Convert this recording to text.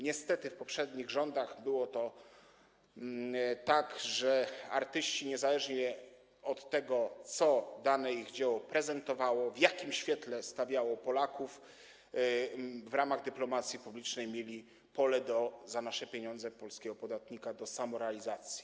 Niestety za poprzednich rządów było tak, że artyści, niezależnie od tego, co ich dzieło prezentowało, w jakim świetle stawiało Polaków, w ramach dyplomacji publicznej mieli pole - za nasze pieniądze, polskiego podatnika - do samorealizacji.